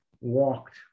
walked